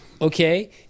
okay